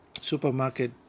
supermarket